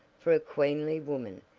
for a queenly woman,